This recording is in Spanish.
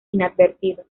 inadvertido